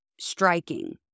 striking